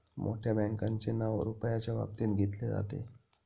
मोठ्या बँकांचे नाव रुपयाच्या बाबतीत घेतले जाते